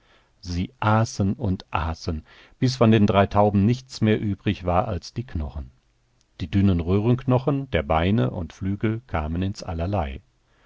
sie aßen und aßen bis von den drei tauben nichts mehr übrig war als die knochen die dünnen röhrenknochen der beine und flügel kamen ins allerlei